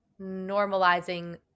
normalizing